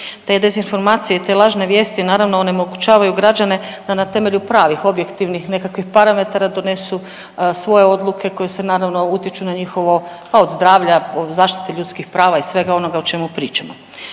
Te dezinformacije i te lažne vijesti naravno onemogućavaju građane da na temelju pravih, objektivnih nekakvih parametara donesu svoje odluke koje se naravno utječu na njihovo pa od zdravlja, o zaštiti ljudskih prava i svega onoga o čemu pričamo.